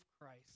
Christ